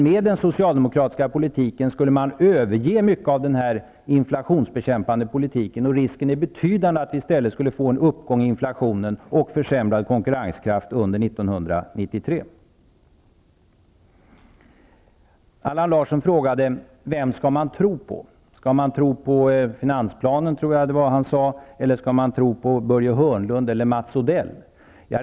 Med den socialdemokratiska politiken skulle man överge mycket av denna inflationsbekämpande politik, och risken för att vi i stället skulle få en uppgång i inflationen och försämrad konkurrenskraft 1993 är betydande. Allan Larsson frågade vem man skall tro på. Skall man tro på finansplanen, på Börje Hörnlund eller på Mats Odell?